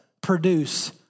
produce